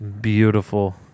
beautiful